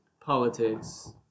politics